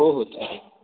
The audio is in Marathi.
हो हो चालेल